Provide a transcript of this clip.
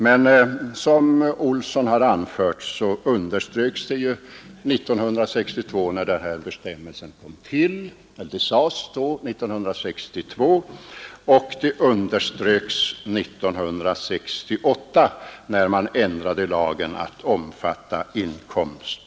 Som herr Olsson i Stockholm anförde sades det 1962, då denna bestämmelse kom till, att man måste vara litet försiktig då det gäller att införa förmåner, som inte grundar sig på en faktisk utan på en utebliven inkomst.